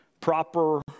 proper